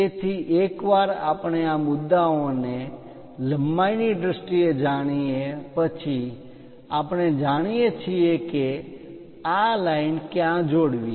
તેથી એક વાર આપણે આ મુદ્દાઓને લંબાઈની દ્રષ્ટિએ જાણીએ પછી આપણે જાણીએ છીએ કે આ લાઈન રેખા ક્યાં જોડવી